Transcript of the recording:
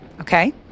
okay